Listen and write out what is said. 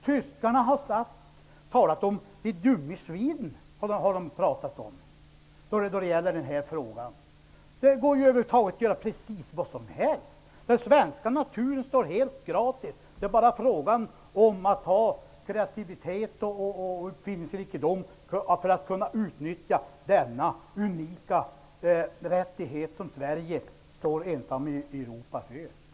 Tyskarna säger ''die dummen Schweden''. Det går att göra precis vad som helst -- den svenska naturen finns där helt gratis. Det är bara fråga om kreativitet och uppfinningsrikedom för att kunna utnyttja denna unika rättighet som Sverige står ensamt i Europa för.